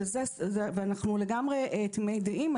אנחנו לגמרי תמימי דעים.